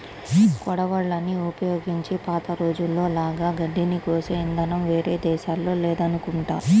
కొడవళ్ళని ఉపయోగించి పాత రోజుల్లో లాగా గడ్డిని కోసే ఇదానం వేరే దేశాల్లో లేదనుకుంటా